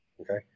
Okay